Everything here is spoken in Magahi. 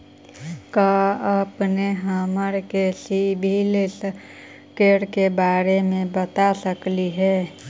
का अपने हमरा के सिबिल स्कोर के बारे मे बता सकली हे?